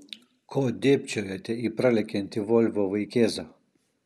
ko dėbčiojate į pralekiantį volvo vaikėzą